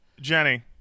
Jenny